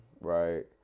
right